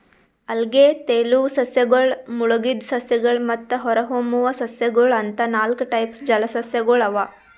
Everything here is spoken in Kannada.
ಅಲ್ಗೆ, ತೆಲುವ್ ಸಸ್ಯಗಳ್, ಮುಳಗಿದ್ ಸಸ್ಯಗಳ್ ಮತ್ತ್ ಹೊರಹೊಮ್ಮುವ್ ಸಸ್ಯಗೊಳ್ ಅಂತಾ ನಾಲ್ಕ್ ಟೈಪ್ಸ್ ಜಲಸಸ್ಯಗೊಳ್ ಅವಾ